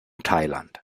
thailand